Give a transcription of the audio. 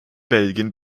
belgien